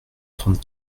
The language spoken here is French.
trente